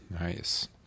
Nice